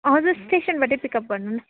हजुर स्टेसनबाटै पिकअप गर्नु न